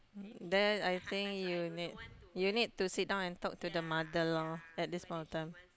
then I think you need you need to sit down and talk to the mother loh at this point of time